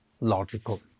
logical